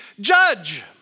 judge